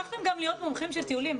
הפכתם גם להיות מומחים של טיולים?